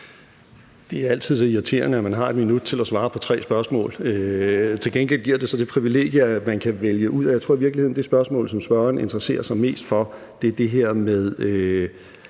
Det er altid så irriterende, når man kun har et minut til at svare på tre spørgsmål. Til gengæld giver det så det privilegium, at man kan vælge ud, og jeg tror i virkeligheden, at det spørgsmål, som spørgeren interesserer sig mest for, er det her med,